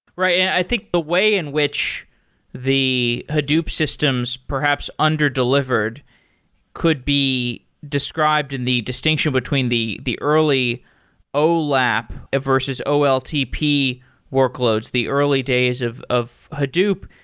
right. yeah i think the way in which the hadoop systems perhaps underdelivered could be described in the distinction between the the early olap versus oltp workloads, the early days of of hadoop.